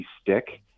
stick